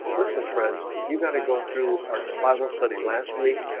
listen friends? you got to go through our to bible study last week?